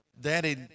daddy